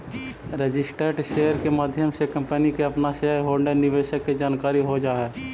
registered share के माध्यम से कंपनी के अपना शेयर होल्डर निवेशक के जानकारी हो जा हई